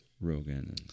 Rogan